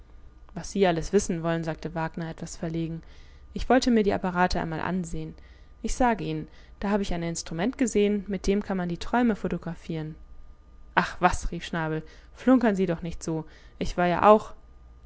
was sie alles wissen wollen sagte wagner etwas verlegen ich wollte mir die apparate einmal ansehen ich sage ihnen da habe ich ein instrument gesehen mit dem kann man die träume photographieren ach was rief schnabel flunkern sie doch nicht so ich war ja auch